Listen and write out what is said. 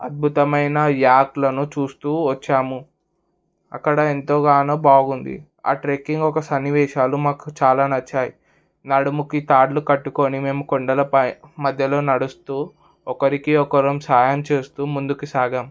అద్భుతమైన యాప్లను చూస్తూ వచ్చాము అక్కడ ఎంతో గాను బాగుంది ఆ ట్రెక్కింగ్ ఒక సన్నివేశాలు మాకు చాలా నచ్చాయి నడుముకి తాడులు కట్టుకొని మేము కొండలపై మధ్యలో నడుస్తూ ఒకరికి ఒకరం సాయం చేస్తూ ముందుకు సాగం